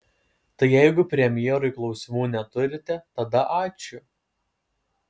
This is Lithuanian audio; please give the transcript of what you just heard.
tai jeigu premjerui klausimų neturite tada ačiū